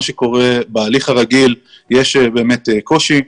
מה שקורה זה שבהליך הרגיל יש באמת קושי.